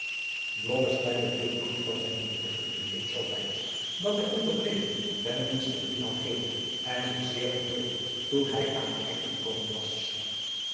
beviel de brief van zijnen dichterlijken neef zoo weinig dat hij onder het lezen ten minste driemaal geeuwde en zich zeer verheugde toen hij aan het einde gekomen was